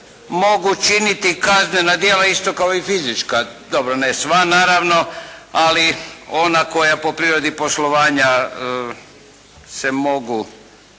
mogu činiti kaznena djela isto kao i fizička, dobro ne sva naravno, ali ona koji po prirodi poslovanja se mogu